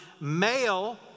male